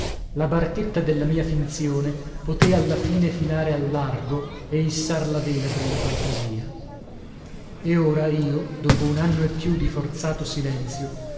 la barchetta della mia finzione poté alla fine filare al largo e issar la vela della fantasia e ora io dopo un anno e più di forzato silenzio